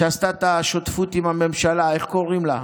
זו שעשתה את השותפות עם הממשלה, איך קוראים לה?